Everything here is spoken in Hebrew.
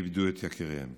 שאיבדו את יקיריהן.